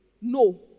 No